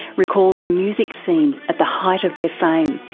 recalls the music scene at the height of their fame.